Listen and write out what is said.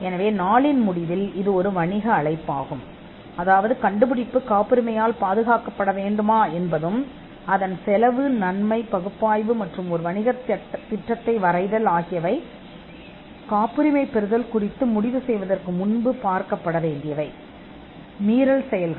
எனவே இது நாளின் முடிவில் ஒரு வணிக அழைப்பாகும் கண்டுபிடிப்பு காப்புரிமை பெற வேண்டுமா மற்றும் செலவு நன்மை பகுப்பாய்வு அல்லது ஒரு வணிகத் திட்டத்தை வேறு வழியில் வைப்பது என்பது காப்புரிமை பெறுவதற்கான அழைப்பை எடுப்பதற்கு முன்பு மிக முக்கியமானதாக இருக்கும் மீறல் செயல்கள்